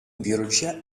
biologia